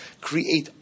create